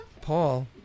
Paul